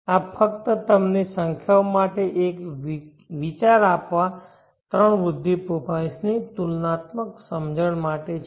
આ ફક્ત તમને સંખ્યાઓ સાથે એક વિચાર આપવા ત્રણ વૃદ્ધિ પ્રોફાઇલ્સની તુલનાત્મક સમજણ માટે છે